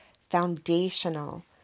foundational